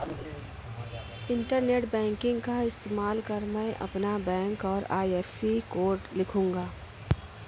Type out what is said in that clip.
internet banking का इस्तेमाल कर मैं अपना बैंक और आई.एफ.एस.सी कोड लिखूंगा